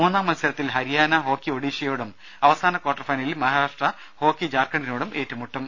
മൂന്നാം മത്സരത്തിൽ ഹരിയാന ഹോക്കി ഒഡീഷയോടും അവസാന ക്വാർട്ടർ ഫൈനലിൽ മഹാരാഷ്ട്ര ഹോക്കി ജാർഖണ്ഡിനോടും ഏറ്റുമുട്ടും